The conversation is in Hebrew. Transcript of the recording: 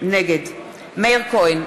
נגד מאיר כהן,